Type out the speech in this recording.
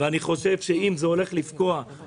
ואני חושב שאם זה לא יהיה,